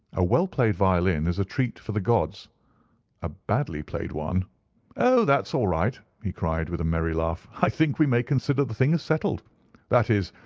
a well-played violin is a treat for the gods a badly-played one oh, that's all right, he cried, with a merry laugh. i think we may consider the thing as settled that is,